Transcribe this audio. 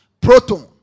Proton